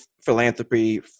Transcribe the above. philanthropy